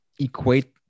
equate